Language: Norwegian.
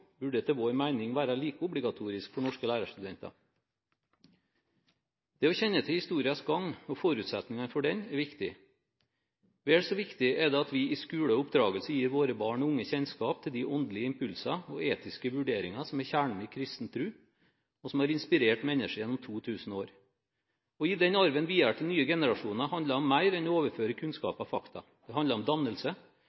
burde etter vår mening være like obligatorisk for norske lærerstudenter. Det å kjenne til historiens gang og forutsetningene for den er viktig. Vel så viktig er det at vi i skole og oppdragelse gir våre barn og unge kjennskap til de åndelige impulser og etiske vurderinger som er kjernen i kristen tro, og som har inspirert mennesker gjennom 2 000 år. Å gi den arven videre til nye generasjoner handler om mer enn å overføre